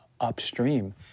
upstream